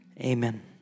Amen